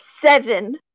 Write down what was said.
seven